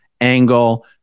angle